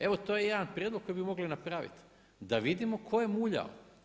Evo to je jedan prijedlog koji bi mogli napraviti, da vidimo tko je muljao.